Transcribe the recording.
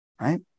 right